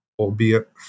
Albeit